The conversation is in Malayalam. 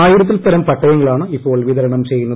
ആയിരത്തിൽപ്പരം പട്ടയങ്ങളാണ് ഇപ്പോൾ വിതരണം ചെയ്യുന്നത്